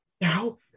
now